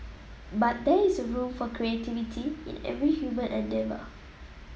but there is a room for creativity in every human endeavour